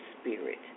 spirit